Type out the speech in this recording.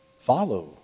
Follow